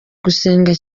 gusenga